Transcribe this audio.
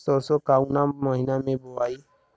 सरसो काउना महीना मे बोआई?